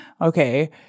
Okay